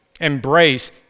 embrace